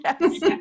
Yes